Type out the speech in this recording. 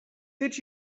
did